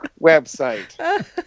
website